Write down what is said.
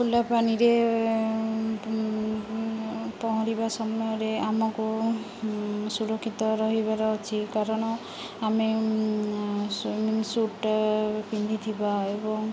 ଖୋଲା ପାଣିରେ ପହଁରିବା ସମୟରେ ଆମକୁ ସୁରକ୍ଷିତ ରହିବାର ଅଛି କାରଣ ଆମେ ସୁମିଙ୍ଗ ସୁଟ୍ ପିନ୍ଧିଥିବା ଏବଂ